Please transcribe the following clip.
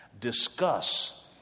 Discuss